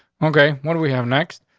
okay. what do we have next?